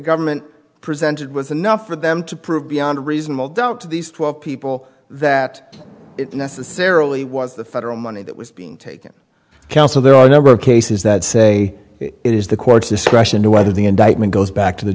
government presented was enough for them to prove beyond reasonable doubt to these twelve people that it necessarily was the federal money that was being taken care of so there are a number of cases that say it is the court's discretion whether the indictment goes back to the